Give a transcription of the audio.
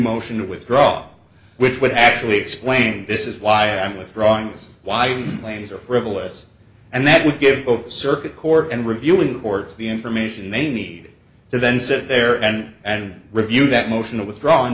motion to withdraw which would actually explain this is why i'm withdrawing his wife claims are frivolous and that would give both circuit court and reviewing courts the information they need to then sit there and and review that motion to withdraw and